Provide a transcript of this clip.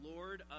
Lord